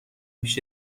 پیش